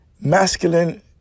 masculine